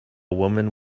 woman